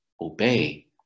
obey